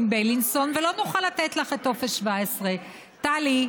בילינסון ולא נוכל לתת לך את טופס 17. טלי,